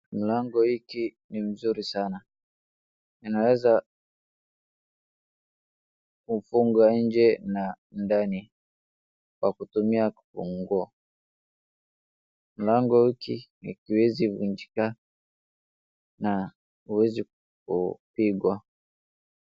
Mlango hiki ni mzuri sana. Inaweza kufungwa nje na ndani kwa kutumia kifunguo. Mlango hiki ikiwezi vunjika na huwezi kupigwa.